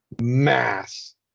mass